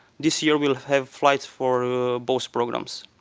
this year we'll have flights for both programs.